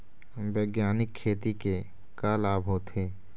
बैग्यानिक खेती के का लाभ होथे?